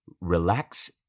relax